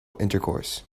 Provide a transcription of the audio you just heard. intercourse